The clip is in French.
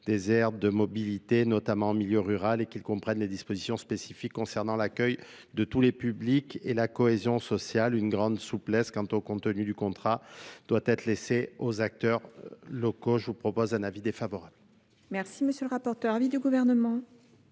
des aires de mobilité, notamment en milieu rural et qui comprennent les dispositions spécifiques concernant l'accueil de tous les publics et la cohésion sociale. Une grande souplesse quant au contenu du contrat doit être laissé aux acteurs locaux. Je vous propose un avis défavorable merci monsieur le rapporteur l'avis du gouvernement